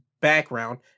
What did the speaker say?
background